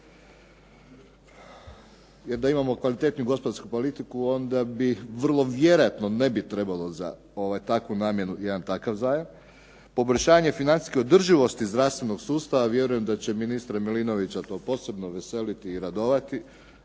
jer da imamo kvalitetniju gospodarsku politiku onda bi vrlo vjerojatno ne bi trebalo za takvu namjenu jedan takav zajam. Poboljšanje financijske održivosti zdravstvenog sustava, vjerujem da će ministra Milinovića to posebno veseliti i radovati